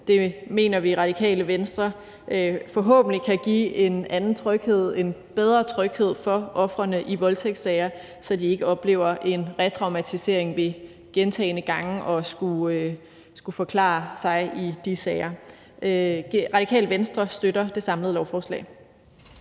Det mener vi i Radikale Venstre forhåbentlig kan give en anden og bedre tryghed for ofrene i voldtægtssager, så de ikke oplever en retraumatisering ved gentagne gange at skulle forklare sig i de sager. Radikale Venstre støtter det samlede lovforslag.